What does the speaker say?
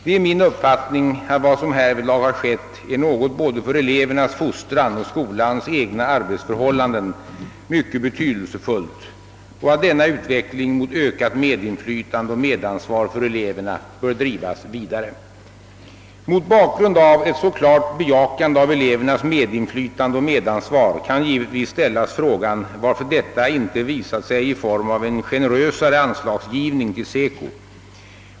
Det är min uppfattning, att vad som härvidlag har skett är något för både elevernas fostran och skolans egna arbetsförhållanden mycket betydelsefullt och att denna utveckling mot ökat medinflytande och medansvar för eleverna bör drivas vidare. Mot bakgrund av ett så klart bejakande av elevernas medinflytande och medansvar kan givetvis ställas frågan, varför detta inte visat sig i form av en generösare anslagsgivning till SECO.